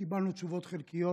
קיבלנו תשובות חלקיות.